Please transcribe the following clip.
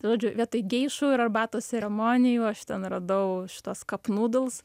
žodžiu vietoj geišų ir arbatos ceremonijų aš ten radau šituos cup noodles